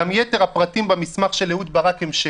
גם יתר הפרטים במסמך של אהוד ברק הם שקר.